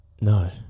No